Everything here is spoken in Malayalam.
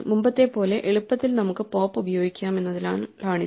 മുമ്പത്തെപ്പോലെ എളുപ്പത്തിൽ നമുക്ക് പോപ്പ് ഉപയോഗിക്കാമെന്നതിനാലാണിത്